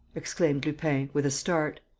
exclaimed lupin, with a start.